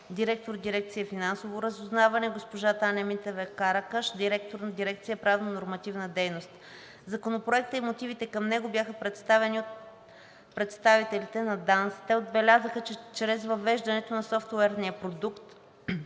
директор на дирекция „Финансово разузнаване“, и госпожа Таня Митева-Каракаш – директор на дирекция „Правно нормативна дейност“. Законопроектът и мотивите към него бяха представени от представителите на ДАНС. Те отбелязаха, че чрез въвеждането на софтуерния продукт